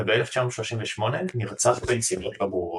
וב-1938 נרצח בנסיבות לא ברורות.